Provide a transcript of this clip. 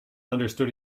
understood